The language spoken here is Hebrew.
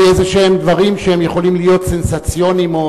איזשהם דברים שיכולים להיות סנסציוניים,